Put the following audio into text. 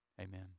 amen